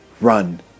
run